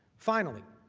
finally,